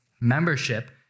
Membership